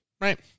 right